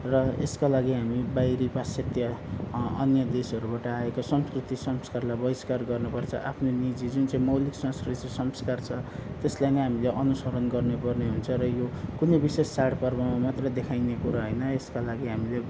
र यसका लागि हामी बाहिर पाश्चात्य अन्य देशहरूबाट आएको संस्कृति संस्कारलाई बहिस्कार गर्नुपर्छ आफ्नो निजी जुन चाहिँ मौलिक संस्कृति संस्कार छ त्यसलाई नै हामीले अनुसरण गर्नुपर्ने हुन्छ र यो कुनै विशेष चाडपर्वमा मात्रै देखाइने कुरा होइन यसका लागि हामीले